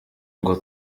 ngo